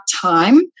time